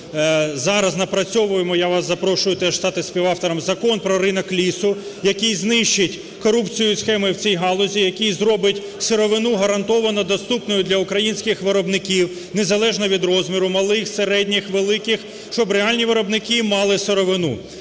стати співавтором, Закон про ринок лісу, який знищить корупцію і схеми в цій галузі, який зробить сировину гарантовано доступною для українських виробників, незалежно від розміру малих, середніх, великих, щоб реальні виробники мали сировину.